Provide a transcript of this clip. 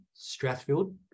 strathfield